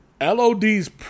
LOD's